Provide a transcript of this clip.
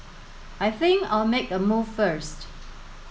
I think I'll make a move first